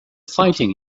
fighting